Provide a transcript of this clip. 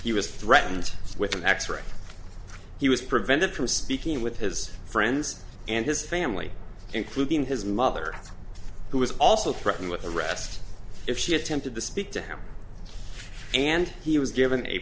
he was threatened with an x ray he was prevented from speaking with his friends and his family including his mother who was also threatened with arrest if she attempted to speak to him and he was given a